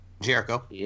Jericho